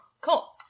cool